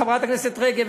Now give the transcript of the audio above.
חברת הכנסת רגב,